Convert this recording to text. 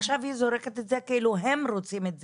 עכשיו היא זורקת את זה כאילו הם רוצים את זה.